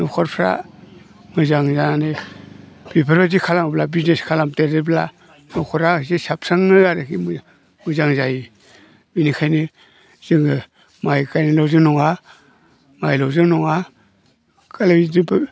न'खरफ्रा मोजां जानानै बेफोरबायदि खालामोब्ला बिजनेस खालामदेरोब्ला न'खराव एसे साबस्राङो आरोखि मोजां जायो बिनिखायनो जोङो माइ गायनायजोंल' नङा माइल'जों नङा खालि बिदिजोंबो